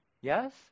Yes